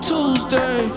Tuesday